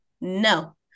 no